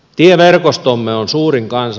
tieverkostomme on suurin kans